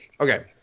Okay